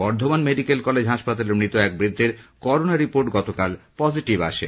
Bardhaman medical college হাসপাতালে মৃত এক বৃদ্ধের করোনা রিপোর্ট গতকাল পজিটিভ আসে